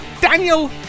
Daniel